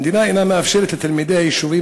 המדינה אינה מאפשרת לתלמידי היישובים